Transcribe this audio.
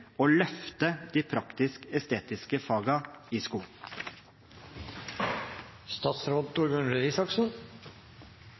og løfte de praktisk-estetiske fagene i skolen?